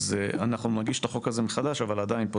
אנחנו נגיש את החוק הזה מחדש אבל עדיין פה